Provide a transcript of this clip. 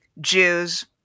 Jews